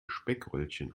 speckröllchen